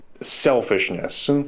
selfishness